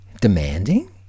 Demanding